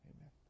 amen